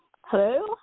Hello